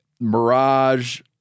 mirage